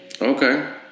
Okay